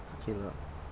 okay lah